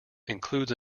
includes